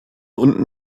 unten